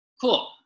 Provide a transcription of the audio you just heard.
Cool